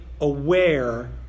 aware